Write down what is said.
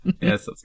Yes